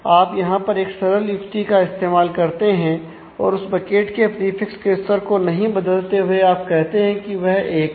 आप यहां पर एक सरल युक्ति का इस्तेमाल करते हैं और उस बकेट के प्रीफिक्स के स्तर को नहीं बदलते हुए आप कहते हैं कि वह एक है